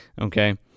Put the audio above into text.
Okay